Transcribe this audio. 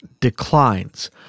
declines